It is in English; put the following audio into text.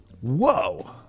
Whoa